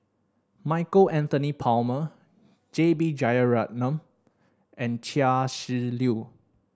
Michael Anthony Palmer J B Jeyaretnam and Chia Shi Lu